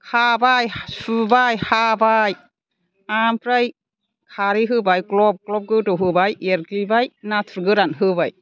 खाबाय सुबाय हाबाय ओमफ्राय खारै होबाय ग्लब ग्लब गोदौ होबाय एरग्लिबाय नाथुर गोरान होबाय